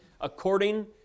according